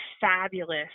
fabulous